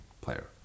player